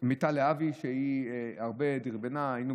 מיטל להבי, שהיא דרבנה הרבה.